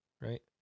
right